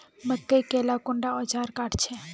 मकई के ला कुंडा ओजार काट छै?